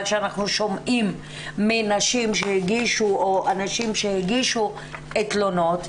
שאנחנו שומעים מנשים שהגישו או אנשים שהגישו תלונות,